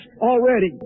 already